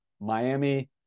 Miami